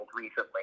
recently